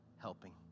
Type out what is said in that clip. helping